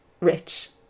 rich